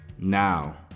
Now